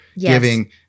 giving